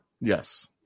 Yes